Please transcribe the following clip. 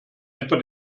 etwa